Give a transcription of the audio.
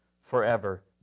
forever